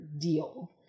deal